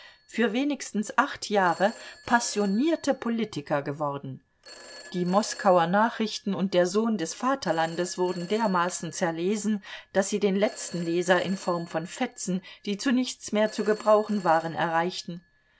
für wenigstens acht jahre passionierte politiker geworden die moskauer nachrichten und der sohn des vaterlandes wurden dermaßen zerlesen daß sie den letzten leser in form von fetzen die zu nichts mehr zu gebrauchen waren erreichten